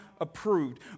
approved